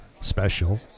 special